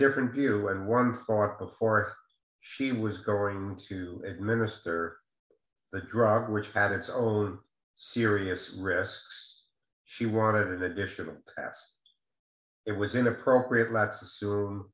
different view and one thought before she was going to administer the drug which had its own serious risks she wanted an additional pass it was inappropriate let's assume